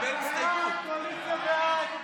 התקבלה הסתייגות.